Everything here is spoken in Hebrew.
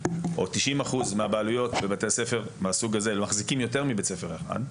ש-90% מהבעלויות בבתי הספר מהסוג הזה מחזיקים יותר מבית ספר אחד.